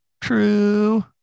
True